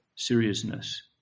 Seriousness